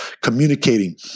communicating